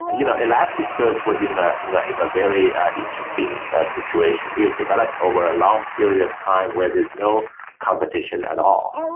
you know elasticsearch was in ah in ah a very interesting ah situation. it developed over a long period of time where there's no competition at all.